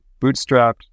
bootstrapped